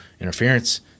interference